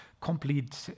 complete